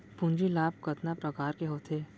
पूंजी लाभ कतना प्रकार के होथे?